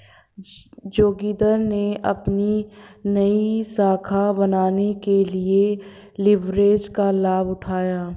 जोगिंदर ने अपनी नई शाखा बनाने के लिए लिवरेज का लाभ उठाया